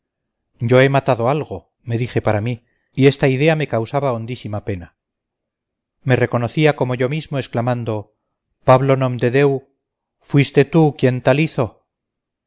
yo he matado algo me dije para mí y esta idea me causaba hondísima pena me reconocía como yo mismo exclamando pablo nomdedeu fuiste tú quien tal hizo